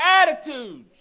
attitudes